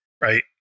Right